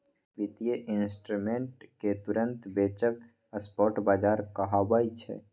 बित्तीय इंस्ट्रूमेंट केँ तुरंत बेचब स्पॉट बजार कहाबै छै